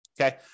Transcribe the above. Okay